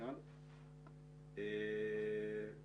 לשמוע את